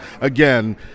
again